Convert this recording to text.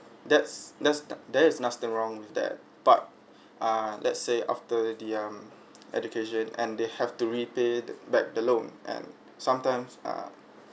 that's that's the there is nothing wrong with that but ah let's say after the um education and they have to repay the back the loan and sometimes ah